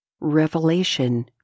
Revelation